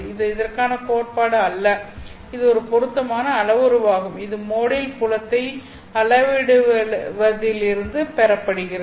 இது இதற்கான கோட்பாடு அல்ல இது ஒரு பொருத்தமான அளவுருவாகும் இது மோடில் புலத்தை அளவிடுவதிலிருந்து பெறப்படுகிறது